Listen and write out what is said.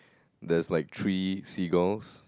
there's like three seagulls